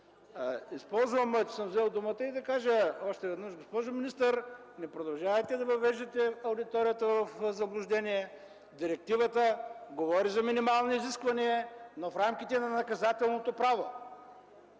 Използвам, че съм взел думата, за да кажа още веднъж – госпожо министър, не продължавайте да въвеждате аудиторията в заблуждение. Директивата говори за минимални изисквания, но в рамките на наказателното право.